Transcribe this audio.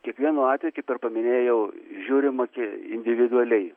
kiekvienu atveju kaip ir paminėjau žiūrima ki individualiai